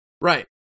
Right